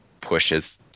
pushes